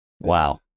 Wow